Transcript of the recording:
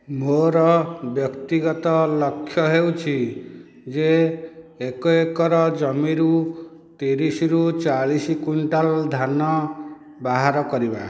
ମୋର ବ୍ୟକ୍ତିଗତ ଲକ୍ଷ୍ୟ ହେଉଛି ଯେ ଏକ ଏକର ଜମିରୁ ତିରିଶ ରୁ ଚାଳିଶି କୁଇଣ୍ଟାଲ ଧାନ ବାହାର କରିବା